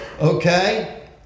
okay